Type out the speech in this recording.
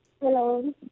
Hello